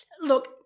Look